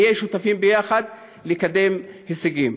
נהיה שותפים יחד לקדם הישגים.